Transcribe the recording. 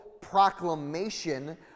proclamation